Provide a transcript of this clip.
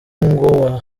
ngo